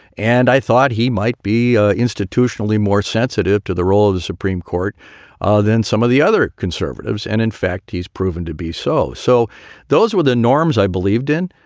and i thought he might be ah institutionally more sensitive to the role of the supreme court ah than some of the other conservatives. and in fact, he's proven to be so. so those were the norms i believed in.